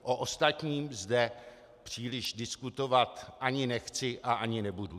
O ostatním zde příliš diskutovat ani nechci a ani nebudu.